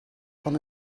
van